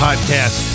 Podcast